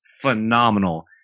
phenomenal